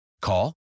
Call